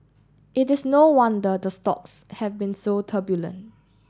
it is no wonder the stocks have been so turbulent